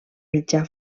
mitjà